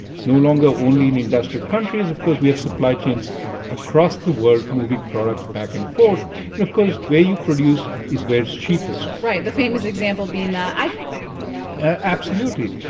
it's no longer only in industrial countries. of course, we have supply chains across the world moving products back and forth. and of course, where you produce is where it's cheapest right, the famous example being the iphone absolutely.